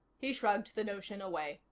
he shrugged the notion away.